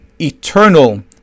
eternal